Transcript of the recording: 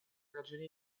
ragioni